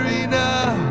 enough